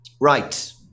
Right